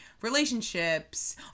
relationships